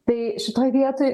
tai šitoj vietoj